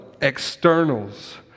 externals